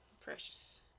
Precious